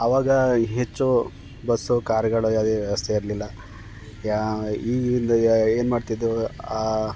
ಅವಾಗ ಹೆಚ್ಚು ಬಸ್ಸು ಕಾರುಗಳು ಅದೇ ವ್ಯವಸ್ಥೆ ಇರಲಿಲ್ಲ ಯಾವ ಈಗಿಂದ ಏನು ಮಾಡ್ತಿದ್ದೆವು